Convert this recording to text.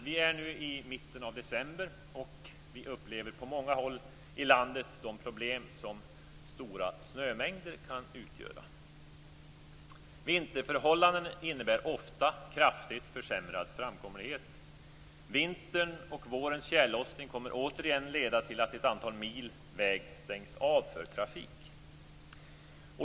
Vi är nu i mitten av december, och vi upplever på många håll i landet de problem som stora snömängder kan utgöra. Vinterförhållanden innebär ofta kraftigt försämrad framkomlighet. Vintern och vårens tjällossning kommer återigen att leda till att ett antal mil väg stängs av för trafik.